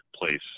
place